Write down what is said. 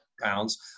pounds